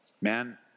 Man